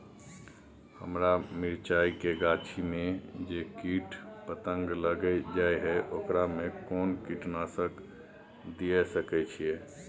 हमरा मिर्चाय के गाछी में जे कीट पतंग लैग जाय है ओकरा में कोन कीटनासक दिय सकै छी?